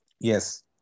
Yes